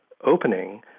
opening